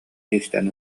истэн